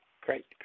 Great